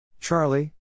Charlie